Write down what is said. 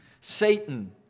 Satan